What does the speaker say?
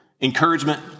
encouragement